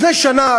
לפני שנה,